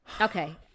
okay